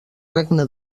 regne